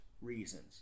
reasons